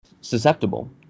susceptible